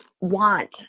want